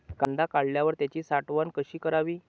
कांदा काढल्यावर त्याची साठवण कशी करावी?